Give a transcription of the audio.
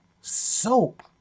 soap